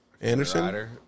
Anderson